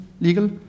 legal